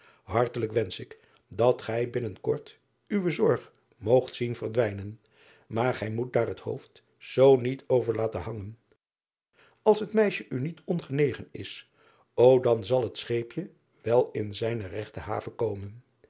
hartelijk wensch ik dat gij binnen kort uwe zorg moogt zien verdwijnen aar gij moet daar het driaan oosjes zn et leven van aurits ijnslager hoofd zoo niet over laten hangen ls het meisje u niet ongenegen is o dan zal het scheepje wel in zijne regte haven komen